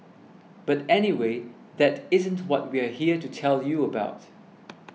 but anyway that isn't what we're here to tell you about